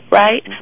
right